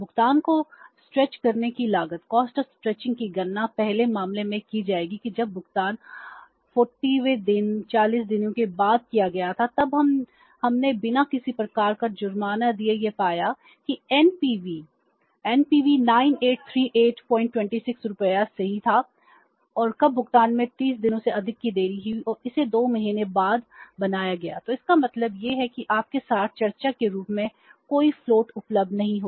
भुगतान को स्ट्रेच करने की लागत उपलब्ध नहीं होगा कि 41 वें दिन का भुगतान करने में भी देरी हो